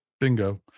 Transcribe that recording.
Bingo